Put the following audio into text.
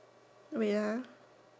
wait ah